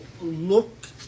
look